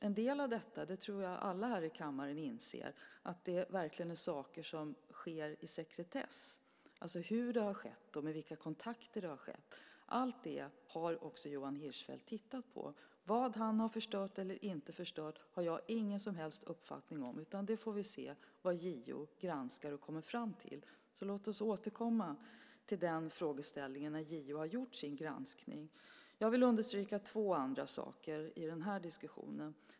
En del av detta - det tror jag att alla här i kammaren inser - är verkligen saker som sker under sekretess, alltså hur det har skett och med vilka kontakter det har skett. Allt det har också Johan Hirschfeldt tittat på. Vad han har förstört eller inte har jag ingen som helst uppfattning om, utan vi får se vad JO granskar och kommer fram till, så låt oss återkomma till den frågeställningen när JO har gjort sin granskning. Jag vill understryka två saker till i den här diskussionen.